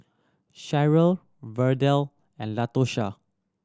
Cheryl Verdell and Latosha